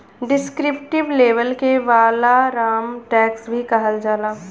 descriptive label के वालाराम tax भी कहल जाला